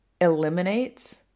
eliminates